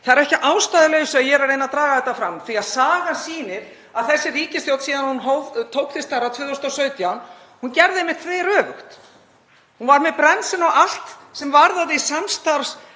það er ekki að ástæðulausu að ég er að reyna að draga þetta fram því að sagan sýnir að þessi ríkisstjórn, síðan hún tók til starfa 2017, gerði einmitt þveröfugt. Hún var með bremsuna á allt sem varðaði samstarf